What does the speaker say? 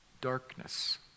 darkness